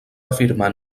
afirmar